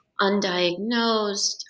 undiagnosed